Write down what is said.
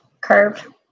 curve